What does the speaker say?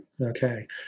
okay